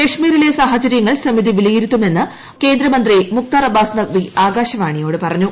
കശ്മീരിലെ സാഹചരൃങ്ങൾ സമിതി വിലയിരുത്തുമെന്ന് കേന്ദ്രമന്ത്രി മുഖ്താർ അബ്ബാസ് നഖ്വി ആകാശവാണിയോട് പറഞ്ഞു